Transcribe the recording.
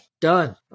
done